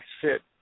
sit